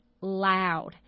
loud